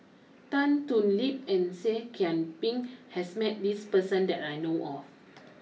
Tan Thoon Lip and Seah Kian Peng has met this person that I know of